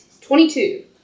Twenty-two